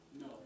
No